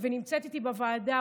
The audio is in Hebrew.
ונמצאת איתי בוועדה,